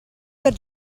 per